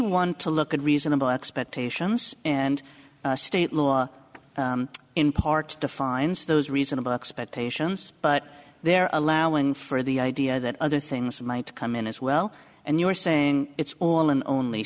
want to look at reasonable expectations and state law in part defines those reasonable expectations but they're allowing for the idea that other things might come in as well and you're saying it's all and only